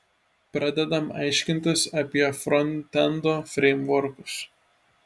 pradedam aiškintis apie frontendo freimvorkus